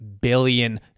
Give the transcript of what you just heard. billion